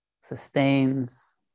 sustains